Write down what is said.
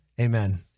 Amen